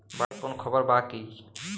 बाढ़ के कवनों खबर बा की?